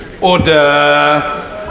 Order